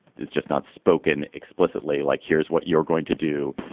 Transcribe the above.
it's just not spoken explicitly like here's what you're going to do.